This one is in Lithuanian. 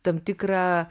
tam tikrą